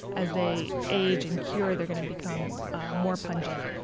as they age and cure, they're going to become more pungent.